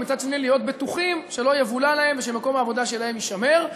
ומצד שני להיות בטוחים שלא יבולע להם ושמקום העבודה שלהם יישמר.